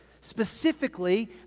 Specifically